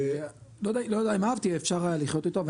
לא יודע אם אהבתי אבל אפשר היה לחיות איתו.